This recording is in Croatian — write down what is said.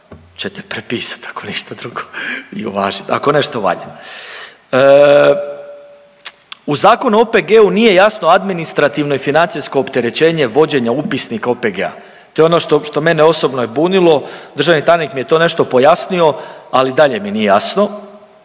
ćete prepisat ako ništa drugo i uvažit, ako nešto valja. U Zakonu o OPG-u nije jasno administrativno i financijsko opterećenje vođenja upisnika OPG-a. To je ono što mene osobno je bunilo, državni tajnik mi je to nešto pojasnio, ali i dalje mi nije jasno.